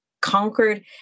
conquered